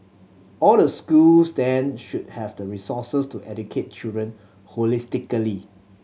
all the schools then should have the resources to educate children holistically